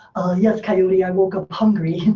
yes, coyote. i woke up hungry.